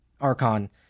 Archon